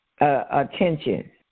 attention